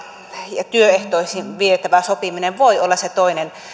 ja työehtoihin vietävä sopiminen voi olla se toinen